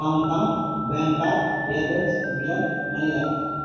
Hong Kong Bangkok Athens Milan Manila